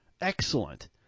Excellent